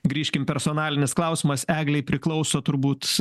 grįžkim personalinis klausimas eglei priklauso turbūt